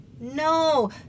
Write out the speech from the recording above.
No